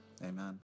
Amen